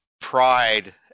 pride